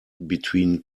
between